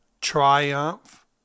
triumph